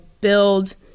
build